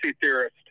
theorist